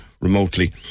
remotely